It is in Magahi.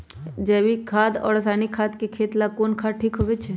जैविक खाद और रासायनिक खाद में खेत ला कौन खाद ठीक होवैछे?